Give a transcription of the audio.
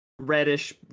reddish